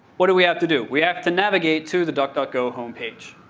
what do we have to do? we have to navigate to the duckduckgo home page.